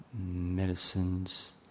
medicines